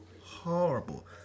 horrible